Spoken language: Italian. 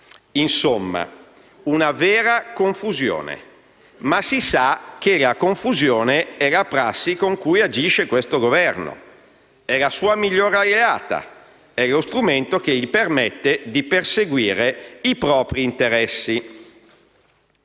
di una vera confusione, ma si sa che essa è la prassi con cui agisce questo Governo: è la sua migliore alleata e lo strumento che gli permette di perseguire i propri interessi.